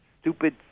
stupid